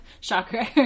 shocker